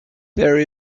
there